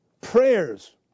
prayers